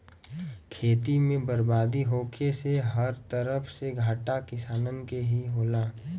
खेती में बरबादी होखे से हर तरफ से घाटा किसानन के ही होला